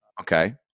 Okay